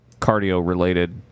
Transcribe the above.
cardio-related